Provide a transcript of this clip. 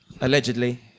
allegedly